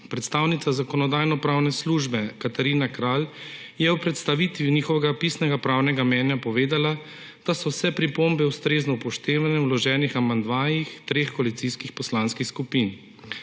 Predstavnica Zakonodajno-pravne službe Katarina Kralj je ob predstavitvi njihovega pisnega pravnega mnenja povedala, da so vse pripombe ustrezno upoštevane v vloženih amandmajih treh koalicijskih poslanskih skupin.